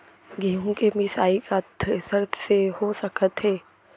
गेहूँ के मिसाई का थ्रेसर से हो सकत हे?